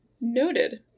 Noted